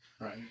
Right